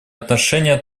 отношение